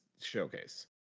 showcase